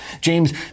James